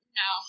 no